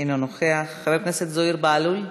אינו נוכח, חבר הכנסת זוהיר בהלול,